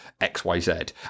XYZ